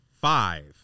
five